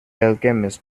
alchemist